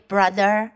Brother